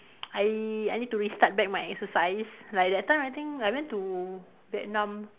I I need to restart back my exercise like that time I think I went to Vietnam